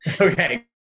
Okay